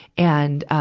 and, um,